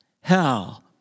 hell